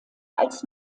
als